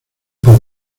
por